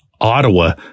Ottawa